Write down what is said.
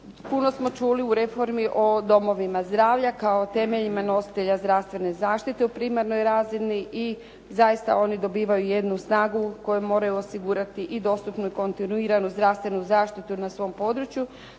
puno smo čuli u reformi o domovima zdravlja kao temeljima nositelja zdravstvene zaštite u primarnoj razini i zaista oni dobivaju jednu snagu koju moraju osigurati i dostupnu i kontinuiranu zdravstvenu zaštitu na svom području,